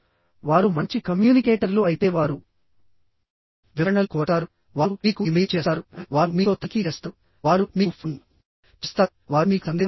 వారు మంచి కమ్యూనికేటర్లు అయితే వారు వివరణలు కోరతారు వారు మీకు ఇమెయిల్ చేస్తారు వారు మీతో తనిఖీ చేస్తారు వారు మీకు ఫోన్ చేస్తారు వారు మీకు సందేశం పంపుతారు